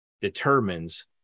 determines